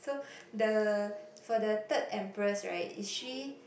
so the for the third empress right is she